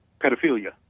pedophilia